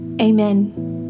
Amen